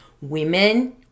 women